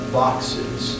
boxes